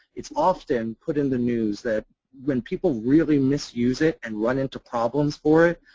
it's often put in the news that when people really misuse it and run into problems for it,